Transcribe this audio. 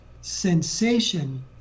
sensation